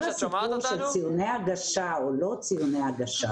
כל הסיפור של ציוני הגשה או לא ציוני הגשה